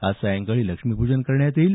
आज सायंकाळी लक्ष्मीपूजन करण्यात येईल